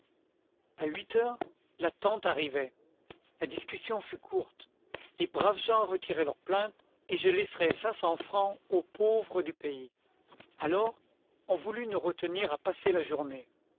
a huit heures la tante arrivait la discussion fut courte les braves gens retiraient leur plainte et je laisserais cinq cents francs aux pauvres du pays alors on voulut nous retenir à passer la journée